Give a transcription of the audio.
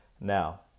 Now